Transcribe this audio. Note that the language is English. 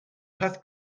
path